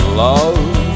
love